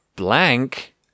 Blank